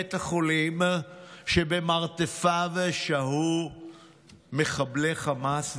בית החולים שבמרתפיו שהו מחבלי חמאס,